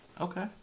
Okay